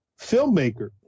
filmmaker